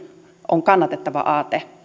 on kannatettava aate